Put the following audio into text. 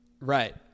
Right